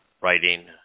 writing